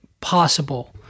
possible